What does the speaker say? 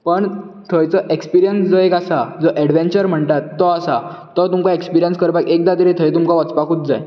पण थंयचो एक्पिरियन्स जो आसा तेका एडवेंचर म्हणटा तो आसा तो तुमकां एस्पिरियन्स करपाक तुमकां एकदा तरी थंय वचपाकूत जाय